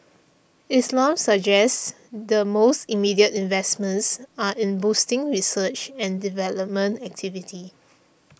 Islam suggests the most immediate investments are in boosting research and development activity